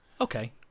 Okay